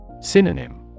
Synonym